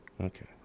Okay